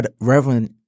Reverend